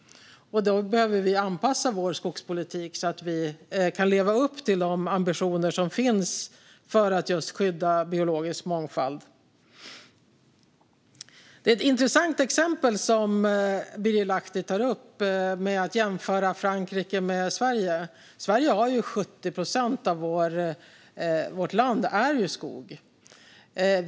Då behöver vi anpassa vår skogspolitik, så att vi kan leva upp till de ambitioner som finns för att just skydda biologisk mångfald. Det är ett intressant exempel som Birger Lahti tar upp. Det handlar om att jämföra Frankrike med Sverige. 70 procent av vårt land är skog.